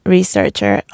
Researcher